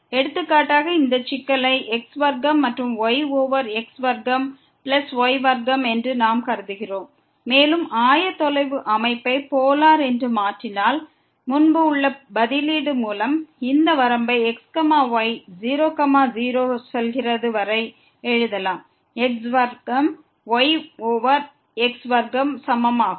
எடுத்துக்காட்டாக இந்த சிக்கலை x வர்க்கம் மற்றும் y ஓவர் x வர்க்கம் பிளஸ் y வர்க்கம் என்று நாம் கருதுகிறோம் மேலும் ஆயத்தொலைவு அமைப்பை போலார் என்று மாற்றினால் முன்பு உள்ள பதிலீடு மூலம் இந்த வரம்பு x y 0 0 செல்கிறது என்று எழுதலாம் x வர்க்கம் y ஓவர் x வர்க்கத்திற்கு சமமாகும்